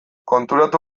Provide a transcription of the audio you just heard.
konturatu